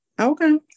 Okay